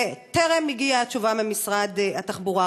וטרם הגיעה התשובה ממשרד התחבורה.